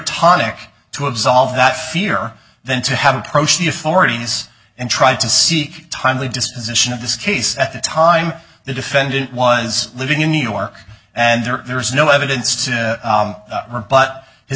tonic to absolve that fear than to have approached the authorities and tried to seek timely disposition of this case at the time the defendant was living in new york and there is no evidence to rebut his